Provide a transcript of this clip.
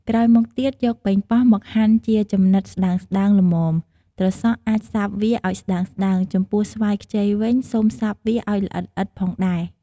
ក្រោយមកទៀត យកប៉េងប៉ោះមកហាន់ជាចំណិតស្តើងៗល្មម ត្រសក់ អាចសាប់វាឲ្យស្តើងៗ ចំពោះស្វាយខ្ចីវិញ សូមសាប់វាឲ្យល្អិតៗផងដែរ។